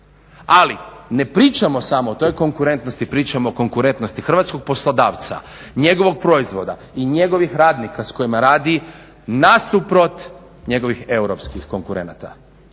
Ali ne pričamo samo o toj konkurentnosti, pričamo o konkurentnosti hrvatskog poslodavca, njegovog proizvoda i njegovih radnika s kojima radi nasuprot njegovih europskih konkurenata.